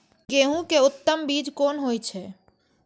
गेंहू के उत्तम बीज कोन होय छे?